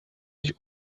sich